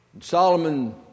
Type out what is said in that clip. Solomon